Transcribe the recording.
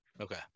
Okay